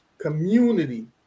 community